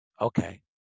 Okay